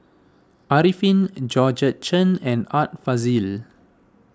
Arifin Georgette Chen and Art Fazil